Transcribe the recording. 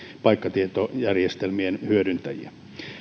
paikkatietojärjestelmien hyödyntäjiä